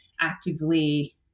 actively